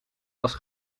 was